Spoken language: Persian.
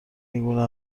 اینگونه